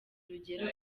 urugero